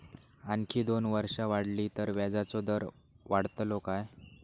आणखी दोन वर्षा वाढली तर व्याजाचो दर वाढतलो काय?